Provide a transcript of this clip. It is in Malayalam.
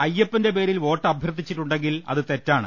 അയ്യപ്പന്റെ പേരിൽ വോട്ട് അഭ്യർത്ഥിച്ചിട്ടുണ്ടെ ങ്കിൽ അത് തെറ്റാണ്